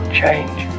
change